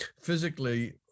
physically